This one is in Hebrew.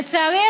לצערי,